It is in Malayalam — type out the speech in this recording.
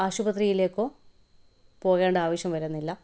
ആശുപത്രിയിലേക്കോ പോകേണ്ട ആവശ്യം വരുന്നില്ല